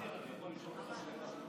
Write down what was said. מאזן, אני יכול לשאול אותך שאלה שלא קשורה?